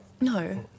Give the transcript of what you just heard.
no